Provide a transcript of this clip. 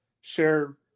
share